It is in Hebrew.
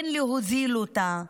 אין להוזיל אותה.